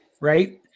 Right